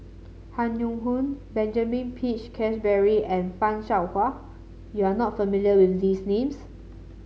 Han Yong Hong Benjamin Peach Keasberry and Fan Shao Hua you are not familiar with these names